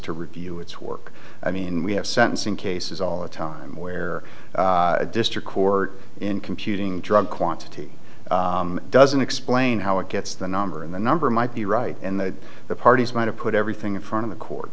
to review its work i mean we have sentencing cases all the time where a district court in computing drug quantity doesn't explain how it gets the number and the number might be right and that the parties might have put everything in front of the court